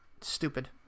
stupid